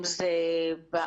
אם זה בחוץ,